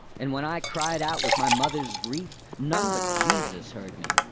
and when i cried out with my mother's grief, none but jesus heard me!